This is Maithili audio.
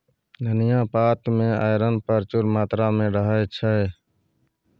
धनियाँ पात मे आइरन प्रचुर मात्रा मे रहय छै